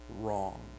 wrong